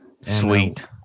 Sweet